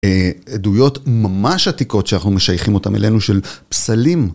עדויות ממש עתיקות שאנחנו משייכים אותן אלינו של פסלים.